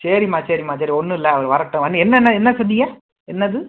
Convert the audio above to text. சரிம்மா சரிம்மா சரி ஒன்றும் இல்லை அவரு வரட்டும் வந்து என்னென்ன என்ன சொன்னீங்க என்னது